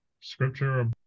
scripture